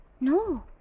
No